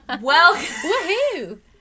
Welcome